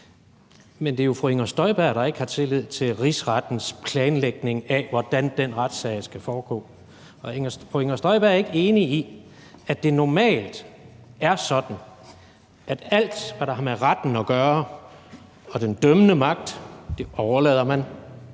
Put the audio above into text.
men det er jo fru Inger Støjberg, der ikke har tillid til Rigsrettens planlægning af, hvordan den retssag skal foregå. Er fru Inger Støjberg ikke enig i, at det normalt er sådan, at alt, hvad der har med retten og den dømmende magt at gøre, overlader man